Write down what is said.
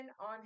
on